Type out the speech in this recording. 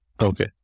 Okay